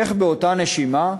איך באותה נשימה,